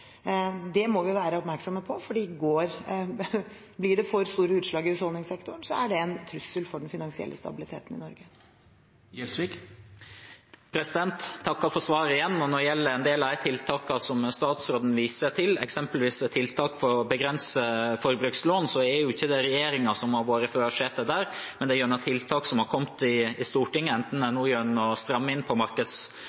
Det må vi være oppmerksomme på, for blir det for store utslag i husholdningssektoren, er det en trussel mot den finansielle stabiliteten i Norge. Jeg takker for svaret igjen. Når det gjelder en del av de tiltakene som statsråden viser til, eksempelvis tiltak for å begrense forbrukslån, er det jo ikke regjeringen som har sittet i førersetet der – det er tiltak som er kommet gjennom Stortinget, enten det